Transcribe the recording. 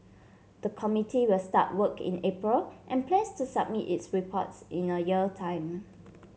the committee will start work in April and plans to submit its reports in a year time